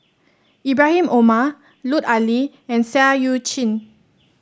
Ibrahim Omar Lut Ali and Seah Eu Chin